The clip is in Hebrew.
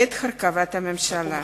בעת הרכבת הממשלה.